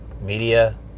media